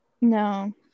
no